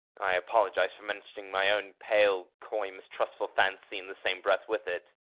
i apologize for mentioning my own pale, coy, mistrustful fancy in the same breath with it.